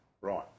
Right